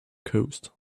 coast